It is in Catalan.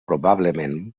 probablement